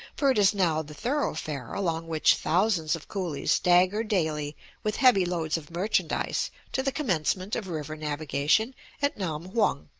for it is now the thoroughfare along which thousands of coolies stagger daily with heavy loads of merchandise to the commencement of river navigation at nam-hung.